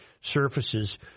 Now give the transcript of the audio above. surfaces